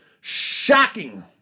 shocking